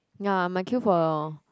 ya might queue for